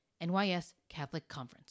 NYSCatholicConference